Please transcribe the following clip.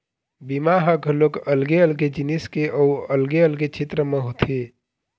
बीमा ह घलोक अलगे अलगे जिनिस के अउ अलगे अलगे छेत्र म होथे